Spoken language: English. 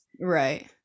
Right